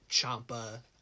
Champa